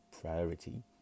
priority